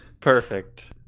Perfect